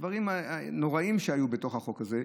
דברים נוראיים היו בתוך החוק הזה.